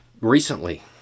Recently